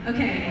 Okay